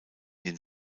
den